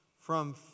From